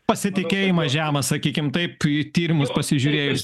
pasitikėjimą žemą sakykim taip į tyrimus pasižiūrėjus